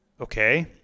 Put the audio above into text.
okay